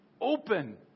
Open